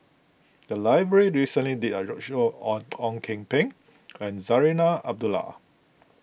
the library recently did a roadshow on Ang Kok Peng and Zarinah Abdullah